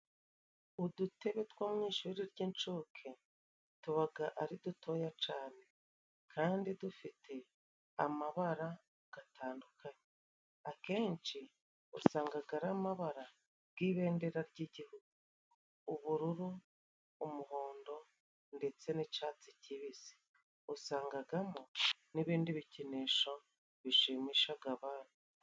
Udutebe two mu ishuri ry'incuke tubaga ari dutoya cane kandi dufite amabara gatandukanye. Akenshi usangaga ari amabara g'ibendera ry'igihugu: ubururu, umuhondo, ndetse n'icyatsi kibisi, usangagamo n'ibindi bikinisho bishimishaga abana.